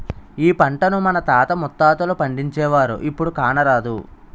ఈ పంటను మన తాత ముత్తాతలు పండించేవారు, ఇప్పుడు కానరాదు